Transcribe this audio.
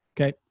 Okay